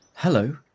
Hello